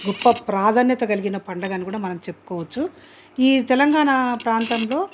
గొప్ప ప్రాధాన్యత కలిగిన పండగను కూడా మనం చెప్పుకోవచ్చు ఈ తెలంగాణా ప్రాంతంలో